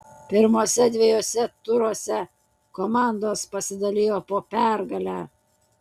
pirmuose dviejuose turuose komandos pasidalijo po pergalę